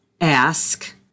Ask